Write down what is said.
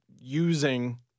using